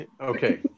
Okay